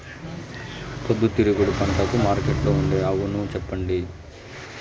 పొద్దుతిరుగుడు పంటకు మార్కెట్లో ఉండే అవును చెప్పండి?